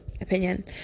opinion